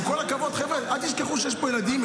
עם כל הכבוד, חבר'ה, אל תשכחו שיש פה ילדים.